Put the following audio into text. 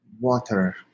Water